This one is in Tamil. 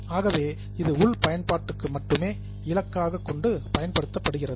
ஆகவே இது உள் பயன்பாட்டுக்கு மட்டுமே இலக்காகக் கொண்டு பயன்படுத்தப்படுகிறது